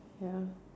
ya